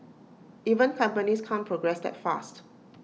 even companies can't progress that fast